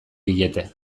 diete